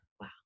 wow